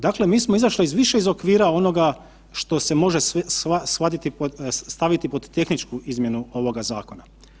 Dakle, mi smo izašli iz više iz okvira onoga što se može staviti pod tehničku izmjenu ovoga zakona.